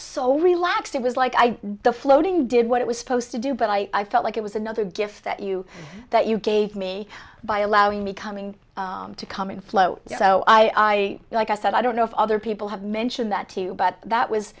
so relaxed it was like i the floating did what it was supposed to do but i felt like it was another gift that you that you gave me by allowing me coming to come in flow so i like i said i don't know if other people have mentioned that to you but that was